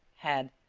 had,